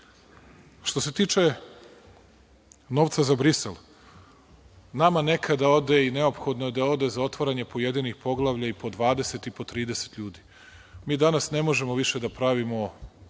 se tiče novca za Brisel, nama nekada ode i neophodno je da ode za otvaranje pojedinih poglavlja i po 20 i po 30 ljudi. Mi danas ne možemo više da uzimamo